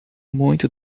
muito